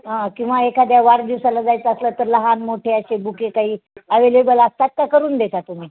हा किंवा एखाद्या वाढदिवसाला जायचं असलं तर लहान मोठे असे बुके काही अवेलेबल असतात का करून देता तुम्ही